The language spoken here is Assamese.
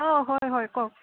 অঁ হয় হয় কওক